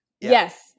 Yes